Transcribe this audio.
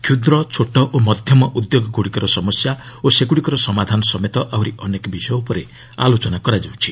କ୍ଷୁଦ୍ର ଛୋଟ ଓ ମଧ୍ୟମ ଉଦ୍ୟୋଗଗୁଡ଼ିକର ସମସ୍ୟା ଓ ସେଗୁଡ଼ିକର ସମାଧାନ ସମେତ ଆହୁରି ଅନେକ ବିଷୟ ଉପରେ ଆଲୋଚନା ହେଉଛି